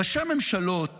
ראשי ממשלות